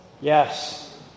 Yes